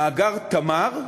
מאגר "תמר",